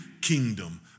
kingdom